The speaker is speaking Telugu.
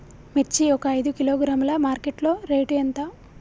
మిర్చి ఒక ఐదు కిలోగ్రాముల మార్కెట్ లో రేటు ఎంత?